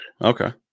Okay